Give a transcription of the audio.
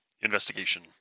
Investigation